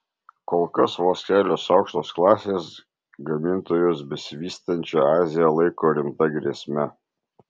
kol kas vos kelios aukštos klasės gamintojos besivystančią aziją laiko rimta grėsme